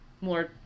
more